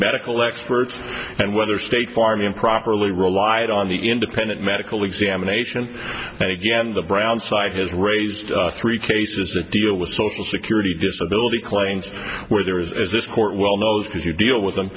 medical experts and whether state farm improperly relied on the independent medical examination and again the brown side has raised three cases that deal with social security disability claims where there is this court well knows because you deal with them